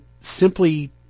simply